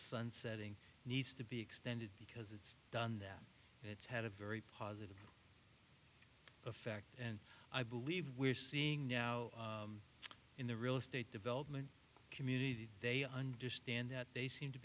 sunsetting needs to be extended because it's done that it's had a very positive effect and i believe we're seeing now in the real estate development community they understand that they seem to